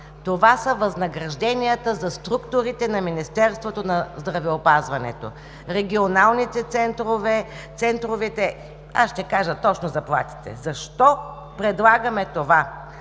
Това са възнагражденията за структурите на Министерството на здравеопазването – регионалните центрове, центровете… Аз ще кажа точно заплатите. Защо предлагаме това?